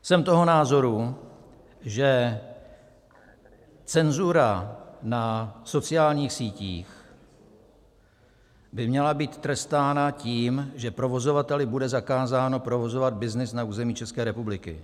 Jsem toho názoru, že cenzura na sociálních sítích by měla být trestána tím, že provozovateli bude zakázáno provozovat byznys na území České republiky.